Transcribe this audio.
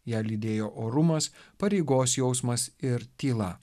ją lydėjo orumas pareigos jausmas ir tyla